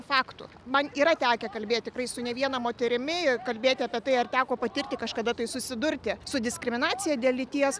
faktų man yra tekę kalbėti tikrai su ne viena moterimi kalbėti apie tai ar teko patirti kažkada tai susidurti su diskriminacija dėl lyties